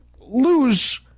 lose